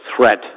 threat